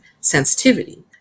sensitivity